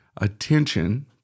attention